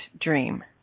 dream